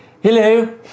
Hello